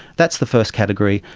that's the first category,